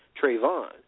Trayvon